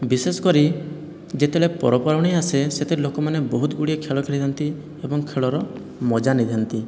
ବିଶେଷ କରି ଯେତେବେଳେ ପର୍ବପର୍ବାଣି ଆସେ ସେଥିରେ ଲୋକମାନେ ବହୁତ ଗୁଡ଼ିଏ ଖେଳ ଖେଳିଥାନ୍ତି ଏବଂ ଖେଳର ମଜା ନେଇଥାନ୍ତି